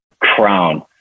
crown